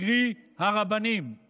קרי, הרבנים.